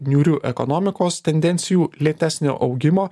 niūrių ekonomikos tendencijų lėtesnio augimo